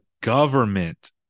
government